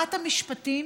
ושרת המשפטים